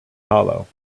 hollow